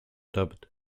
dubbed